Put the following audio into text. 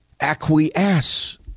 acquiesce